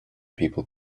people